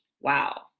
wow